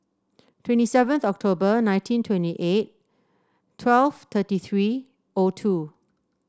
twenty seventh October nineteen twenty eight twelve thirty three O two